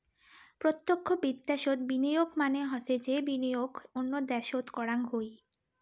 প্রতক্ষ বিদ্যাশোত বিনিয়োগ মানে হসে যে বিনিয়োগ অন্য দ্যাশোত করাং হই